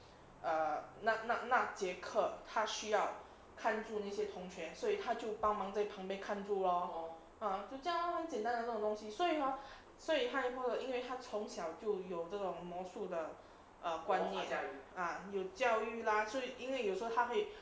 err 那那那节课他需要看着那些同学所以他就帮忙在旁边看住 lor 就这样 lor 很简单那种东西所以 hor 所以因为他从小就有这种魔术的观念 ah 有教育 lah 因为有时候他会